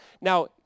Now